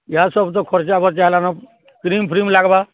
ଇହାଦେ ସବୁ ତ ଖର୍ଚ୍ଚାବର୍ଚ୍ଚା ହେଲାନ କ୍ରିମ୍ଫ୍ରିମ୍ ଲାଗ୍ବା